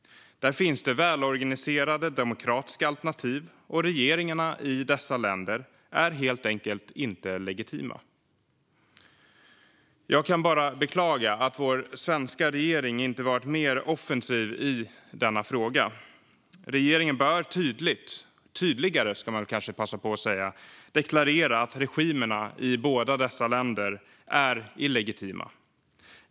Där finns välorganiserade demokratiska alternativ, och regeringarna i dessa länder är helt enkelt inte legitima. Jag kan bara beklaga att vår svenska regering inte varit mer offensiv i denna fråga. Regeringen bör tydligare deklarera att regimerna i båda dessa länder är illegitima.